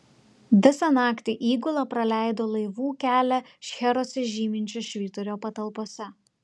visą naktį įgula praleido laivų kelią šcheruose žyminčio švyturio patalpose